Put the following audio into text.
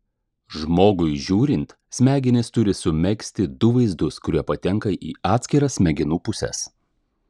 žmogui žiūrint smegenys turi sumegzti du vaizdus kurie patenka į atskiras smegenų puses